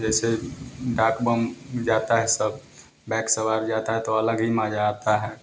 जैसे डाक बम जाता है सब बैक सवार जाता है तो अलग ही मजा आता है